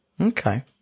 Okay